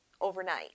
overnight